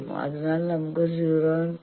അതിനാൽ നമുക്ക് 0